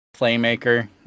playmaker